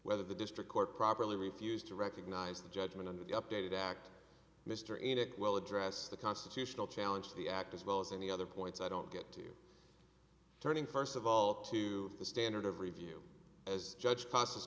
whether the district court properly refused to recognize the judgment under the updated act mr and it will address the constitutional challenge of the act as well as any other points i don't get to turning first of all to the standard of review as judge p